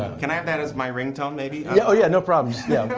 can i have that as my ring-tone maybe? yeah. oh yeah, no problem. yeah.